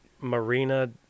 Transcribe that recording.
marina